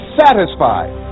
satisfied